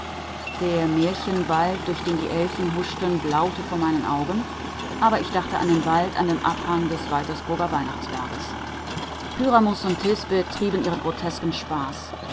der märchenwald durch den die elfen huschten blaute vor meinen augen aber ich dachte an den wald an dem abhang des waltersburger weihnachtsberges pyramus und thisbe trieben ihren grotesken